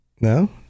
No